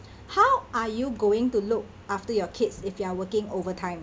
how are you going to look after your kids if you are working overtime